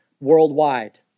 worldwide